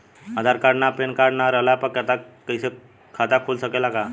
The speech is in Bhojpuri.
आधार कार्ड आ पेन कार्ड ना रहला पर खाता खुल सकेला का?